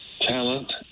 talent